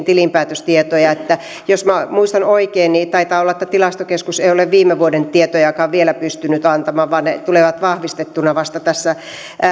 tilinpäätöstietoja jos minä muistan oikein niin taitaa olla että tilastokeskus ei ole viime vuoden tietojakaan vielä pystynyt antamaan vaan ne tulevat vahvistettuina vasta